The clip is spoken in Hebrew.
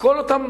כל אותם